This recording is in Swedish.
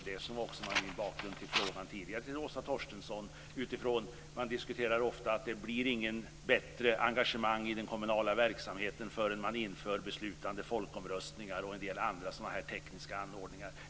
Det var också min bakgrund till frågan tidigare till Åsa Torstensson, som jag ställde utifrån att man ofta diskuterar att det inte blir ett bättre engagemang i den kommunala verksamheten förrän man inför beslutande folkomröstningar och en del andra sådana här tekniska anordningar.